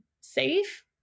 safe